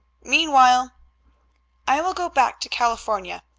meanwhile i will go back to california.